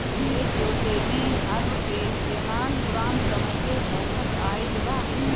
खेत जोते में हर के इस्तेमाल पुरान समय से होखत आइल बा